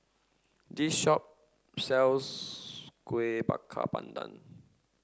this shop sells Kueh Bakar Pandan